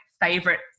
favorite